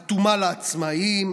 אטומה לעצמאים,